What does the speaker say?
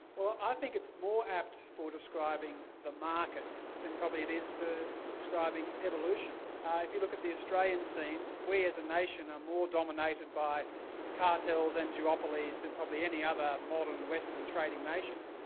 well i think it's more apt for describing the markets than probably it is for describing evolution. if you look at the australian scene, we as a nation are more dominated by cartels and duopolies than probably any other modern western trading nation.